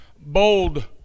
bold